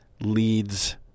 leads